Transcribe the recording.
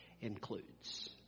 includes